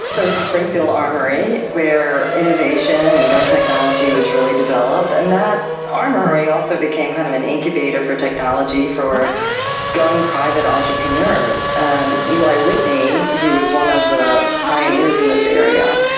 there was a springfield armoury where innovation and gun technology was really developed, and that armoury also became kind of an incubator for technology, for gun private entrepreneurs. and eli whitney, who was one of the pioneers in this area,